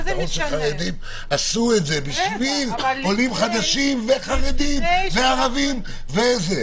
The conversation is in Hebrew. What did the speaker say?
זה פתרון שחרדים עשו את זה בשביל עולים חדשים וחרדים וערבים וכולם.